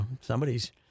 Somebody's